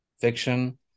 fiction